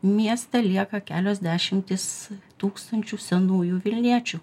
mieste lieka kelios dešimtys tūkstančių senųjų vilniečių